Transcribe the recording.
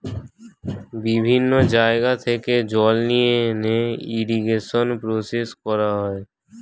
বিভিন্ন জায়গা থেকে জল নিয়ে এনে ইরিগেশন প্রসেস করা হয়